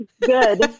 Good